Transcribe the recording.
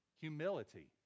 humility